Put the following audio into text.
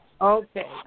Okay